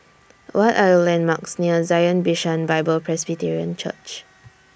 What Are The landmarks near Zion Bishan Bible Presbyterian Church